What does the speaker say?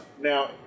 now